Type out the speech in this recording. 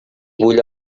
bull